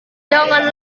jangan